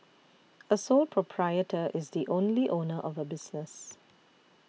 a sole proprietor is the only owner of a business